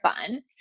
fun